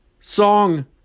Song